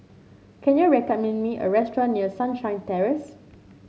can you recommend me a restaurant near Sunshine Terrace